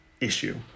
issue